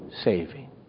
saving